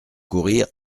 courir